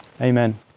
Amen